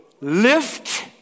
lift